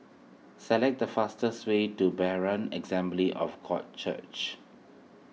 select the fastest way to Berean Assembly of God Church